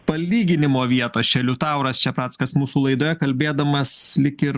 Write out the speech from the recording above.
palyginimo vietos čia liutauras čeprackas mūsų laidoje kalbėdamas lyg ir